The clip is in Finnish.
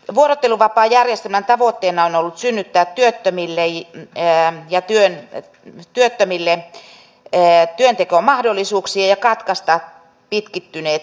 vuorotteluvapaajärjestelmän tavoitteena on ollut synnyttää työttömille työntekomahdollisuuksia ja katkaista pitkittyneet työttömyysjaksot